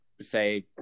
say